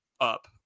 up